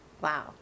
wow